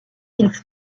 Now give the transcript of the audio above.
ils